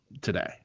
today